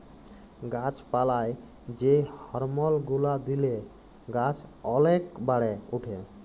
গাছ পালায় যে হরমল গুলা দিলে গাছ ওলেক বাড়ে উঠে